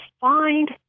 find